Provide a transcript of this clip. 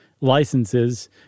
licenses